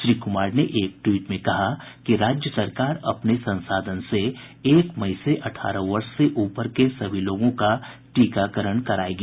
श्री कुमार ने एक ट्वीट में कहा कि राज्य सरकार अपने संसाधन से एक मई से अठारह वर्ष से ऊपर के सभी लोगों का टीकाकरण करायेगी